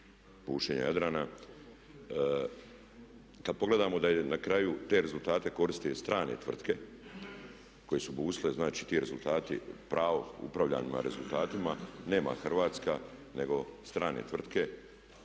bušenje Jadrana, kad pogledamo da je na kraju, te rezultate koristi strane tvrtke koje su bušile, znači, ti rezultati, pravo upravljanja rezultatima nema Hrvatska nego strane tvrtke.